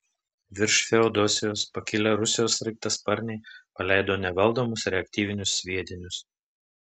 virš feodosijos pakilę rusijos sraigtasparniai paleido nevaldomus reaktyvinius sviedinius